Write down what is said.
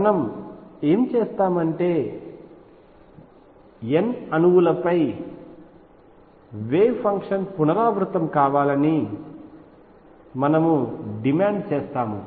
మనం ఏమి చేస్తామంటే n అణువులపై వేవ్ ఫంక్షన్ పునరావృతం కావాలని మనము డిమాండ్ చేస్తాము